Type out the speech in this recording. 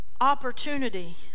opportunity